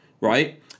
right